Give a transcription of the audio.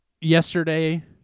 yesterday